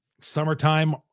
summertime